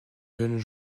jeunes